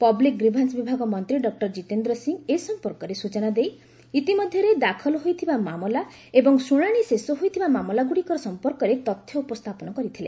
public grievance ବିଭାଗ ମନ୍ତ୍ରୀ doctor Jitendra Singh ଏ ସଫପର୍କରେ ସ୍ବଚନା ଦେଇ ଇତିମଧ୍ୟରେ ଦାଖଲ ହୋଇଥିବା ମାମଲା ଏବଂ ଶୁଣାଣି ଶେଷ ହୋଇଥିବା ମାମଲାଗୁଡ଼ିକ ସଂପର୍କରେ ତଥ୍ୟ ଉପସ୍ଥାପନ କରିଥିଲେ